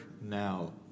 now